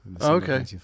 Okay